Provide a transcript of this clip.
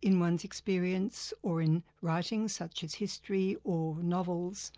in one's experience, or in writing, such as history or novels,